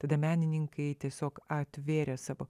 tada menininkai tiesiog atvėrė savo